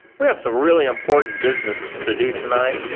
we have some really important business to do tonight.